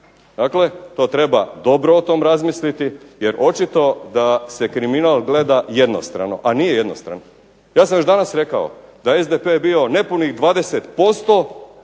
Dakle, to treba dobro o tom razmisliti, jer očito da se kriminal gleda jednostrano, a nije jednostran. Ja sam već danas rekao, da SDP je bio nepunih 20%